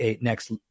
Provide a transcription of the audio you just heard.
next